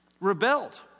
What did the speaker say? rebelled